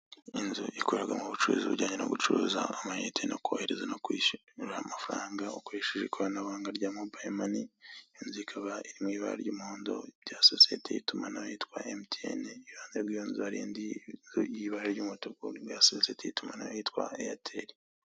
Inzu ikoreramo ubucuruzi bujyanye no kugura ama inite no kohereza no kwishyura amafaranga ukoresheje ikoranabuhanga rya mobayiro mani, inzu ikaba iri mw' ibara ry'umuhondo rya sosiyete y'itumanaho yitwa mtn, iruhande rw'iyo nzu har' indi nzu yibara ry'umutuku ya sosiyete y'itumanaho ya airtel.